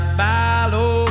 follow